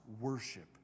worship